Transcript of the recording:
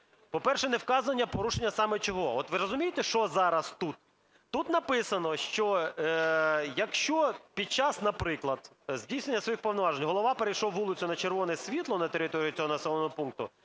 По-перше, не вказано порушення саме чого. Ви розумієте, що зараз тут? Тут написано, що якщо під час, наприклад, здійснення своїх повноважень голова перейшов вулицю на червоне світло на території цього населеного пункту,